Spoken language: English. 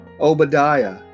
Obadiah